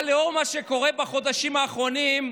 אבל לנוכח מה שקורה בחודשים האחרונים,